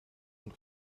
und